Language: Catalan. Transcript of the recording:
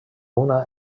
una